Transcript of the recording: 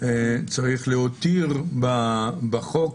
יש להותיר בחוק